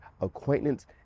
acquaintance